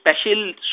special